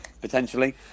potentially